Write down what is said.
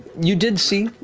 you did see,